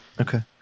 Okay